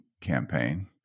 campaign